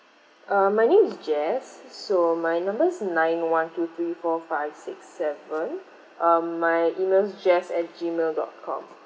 uh my name is jess so my number's nine one two three four five six seven um my email's jess at G mail dot com